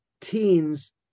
teens